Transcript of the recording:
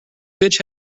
bitch